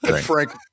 Frank